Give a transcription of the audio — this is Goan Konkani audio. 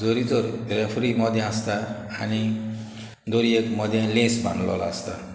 जोरी तर रेफ्री मदें आसता आनी दोरयेक मदें लेस बांदलोलो आसता